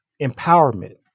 empowerment